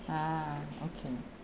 ah okay